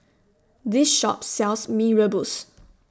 This Shop sells Mee Rebus